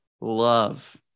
love